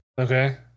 Okay